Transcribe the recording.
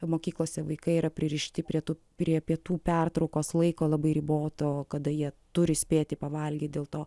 mokyklose vaikai yra pririšti prie tų prie pietų pertraukos laiko labai riboto kada jie turi spėti pavalgyt dėl to